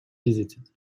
visited